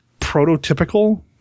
prototypical